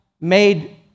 made